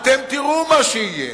אתם תראו מה יהיה.